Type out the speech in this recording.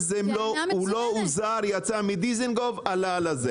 הוא לא הוזהר, יצא מדיזנגוף ונכנס לנתיב.